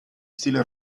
stile